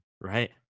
right